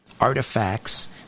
artifacts